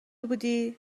بودی